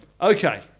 Okay